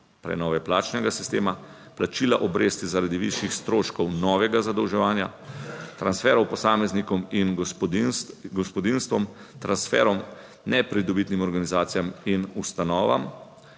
prenove plačnega sistema, plačila obresti zaradi višjih stroškov novega zadolževanja, transferov posameznikom in gospodinjstvom, transferom nepridobitnim organizacijam in ustanovam